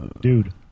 Dude